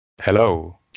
Hello